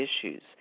issues